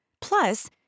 Plus